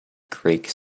greek